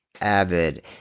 avid